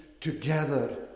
together